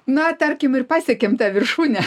na tarkim ir pasiekėm tą viršūnę